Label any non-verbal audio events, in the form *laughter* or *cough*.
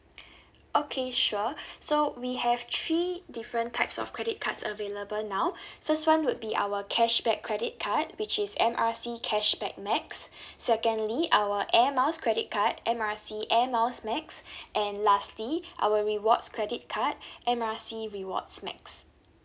*breath* okay sure *breath* so we have three different types of credit cards available now *breath* first one would be our cashback credit card which is M R C cashback max *breath* secondly our air miles credit card and M R C air miles max *breath* and lastly our rewards credit card *breath* M R C rewards max